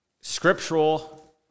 scriptural